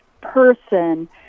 person